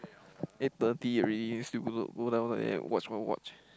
eight thirty already still go down go down there watch what watch